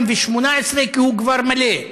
כי הוא כבר מלא.